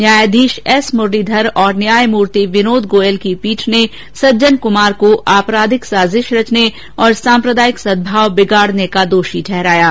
न्यायाधीश एस मुरलीधर और न्यायमूर्ति विनोद गोयल की पीठ ने सज्जन कुमार को आपराधिक साजिश रचने और सांप्रदायिक सदभाव बिगाड़ने का दोषी ठहराया है